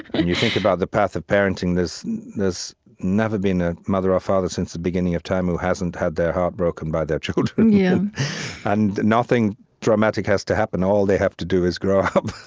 and you think about the path of parenting there's there's never been a mother or father since the beginning of time who hasn't had their heart broken by their children. and nothing dramatic has to happen. all they have to do is grow up.